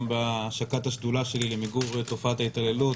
גם בהשקת השדולה שלי למיגור תופעת ההתעללות.